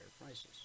prices